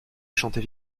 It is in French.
chantait